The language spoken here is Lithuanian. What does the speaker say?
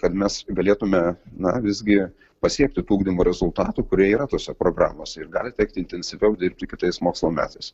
kad mes galėtume na visgi pasiekti tų ugdymo rezultatų kurie yra tose programose ir gali tekti intensyviau dirbti kitais mokslo metais